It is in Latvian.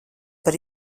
par